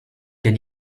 can